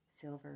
silver